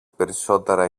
περισσότερα